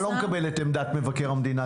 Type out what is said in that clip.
אני לא מקבל את עמדת מבקר המדינה.